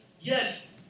yes